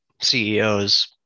ceos